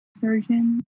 surgeon